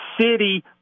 city